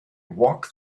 walk